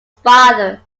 father